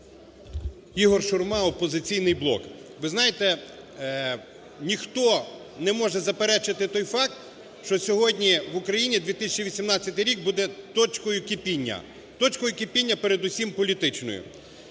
ІгорШурма, "Опозиційний блок". Ви знаєте, ніхто не може заперечити той факт, що сьогодні в Україні 2018 рік буде точкою кипіння, точкою кипіння передусім політичною.